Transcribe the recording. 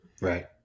Right